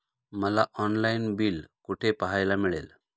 मला online bill कुठे पाहायला मिळेल?